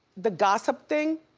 the gossip thing,